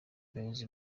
umuyobozi